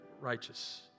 righteous